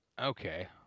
Okay